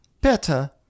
better